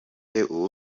abafana